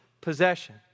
possession